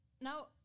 now